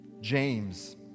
James